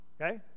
okay